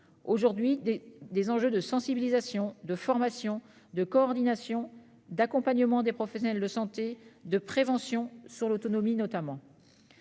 du, avec des enjeux de sensibilisation, de formation, de coordination, d'accompagnement des professionnels de santé et de prévention, en ce qui concerne notamment